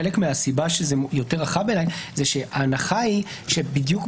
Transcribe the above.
חלק מהסיבה שזה יותר רחב בעיני זה שההנחה היא שככל